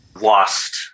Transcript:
lost